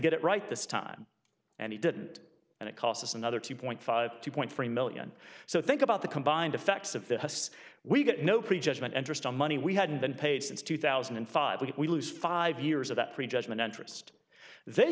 get it right this time and he didn't and it cost us another two point five two point three million so think about the combined effects of the house we get no prejudgment interest on money we hadn't been paid since two thousand and five that if we lose five years of that prejudgment interest they